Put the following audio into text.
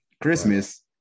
christmas